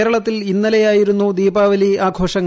കേരളത്തിൽ ഇന്നലെയായിരുന്നു ദീപാവലി ആഘോഷങ്ങൾ